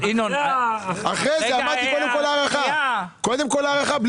קודם כול הארכה, קודם כול הארכה.